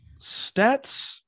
stats